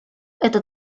это